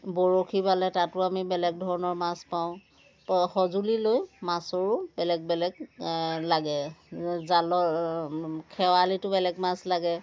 বৰশী বালে তাতো আমি বেলেগ ধৰণৰ মাছ পাওঁ সঁজুলি লৈ মাছৰো বেলেগ বেলেগ লাগে জালৰ খেৱালিতো বেলেগ বেলেগ মাছ লাগে